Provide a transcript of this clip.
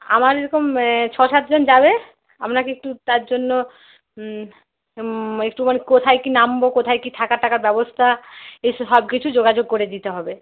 আমার এরকম ছ সাতজন যাবে আপনাকে একটু তার জন্য একটুখানি কোথায় কী নামব কোথায় কী থাকা টাকার ব্যবস্থা এই সব কিছু যোগাযোগ করে দিতে হবে